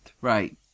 Right